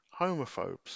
homophobes